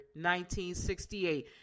1968